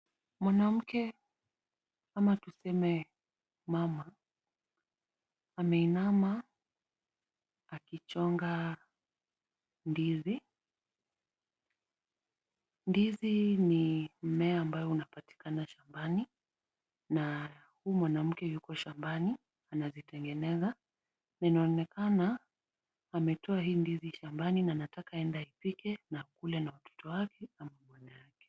Mwanamke ama tuseme mama ameinama akichonga ndizi, ndizi ni mmea ambao unapatikana shambani, na huyu mwanamke yuko shambani anazitengeneza, na inaonekana ametoa hii ndizi shambani na anataka aende aipike na aikule na mtoto wake ama bwana yake.